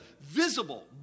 visible